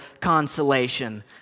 consolation